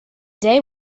day